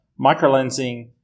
microlensing